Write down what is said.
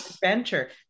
venture